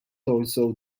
also